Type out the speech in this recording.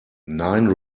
nine